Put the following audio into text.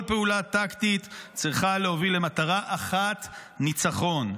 כל פעולה טקטית צריכה להוביל למטרה אחת: ניצחון.